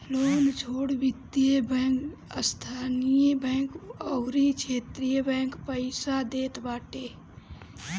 loan छोट वित्तीय bank, स्थानीय बैंक अउरी क्षेत्रीय बैंक पईसा देत बाटे